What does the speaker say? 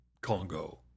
Congo